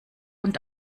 und